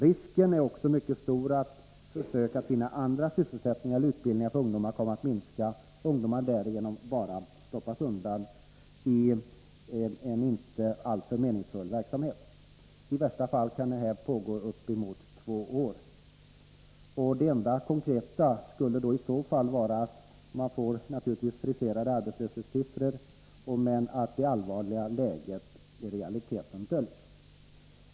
Risken är också mycket stor att försök att finna andra sysselsättningar eller utbildningar för ungdomarna kommer att minska och ungdomarna därigenom bara ”stoppas undan” i en inte alltför meningsfull verksamhet. I värsta fall kan detta pågå i uppemot två år. Det enda konkreta skulle i så fall vara att man naturligtvis får friserade arbetslöshetssiffror och att därmed det allvarliga läget i realiteten döljs.